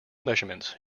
measurements